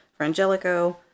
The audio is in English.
Frangelico